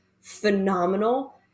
phenomenal